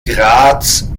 graz